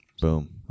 Boom